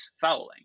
fouling